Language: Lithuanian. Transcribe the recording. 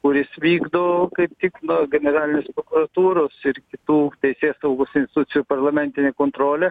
kuris vykdo kaip tik nu generalinės prokuratūros ir kitų teisėsaugos institucijų parlamentinę kontrolę